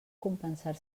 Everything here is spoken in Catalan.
compensar